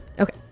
Okay